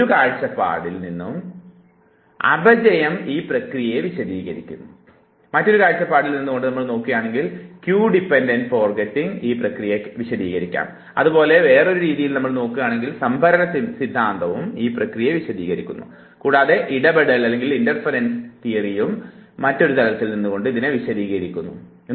ഒരു കാഴ്ചപ്പാടിൽ നിന്ന് അപചയം ഈ പ്രക്രിയയെ വിശദീകരിക്കുന്നു മറ്റൊരു കാഴ്ചപ്പാടിൽ നിന്നുകൊണ്ട് ക്യൂ ഡിപ്പൻറഡ് ഫോർഗെറ്റിംഗ് ഈ പ്രക്രിയയെ വിശദീകരിക്കുന്നു അതുപോലെ വേറൊരു കാഴ്ചപ്പാടിൽ നിന്നുകൊണ്ട് സംഭരണ സംവിധാനം ഈ പ്രക്രിയയെ വിശദീകരിക്കുന്നു കൂടാതെ ഇടപെടൽ സിദ്ധാന്തം മറ്റൊരു തലത്തിൽ നിന്നുകൊണ്ട് ഇതിനെ വിശദീകരിക്കുകയും ചെയ്യുന്നു